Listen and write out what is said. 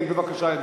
כן, בבקשה, ידידי.